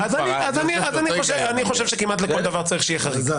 אני חושב שכמעט לכל דבר צריך שיהיה חריג.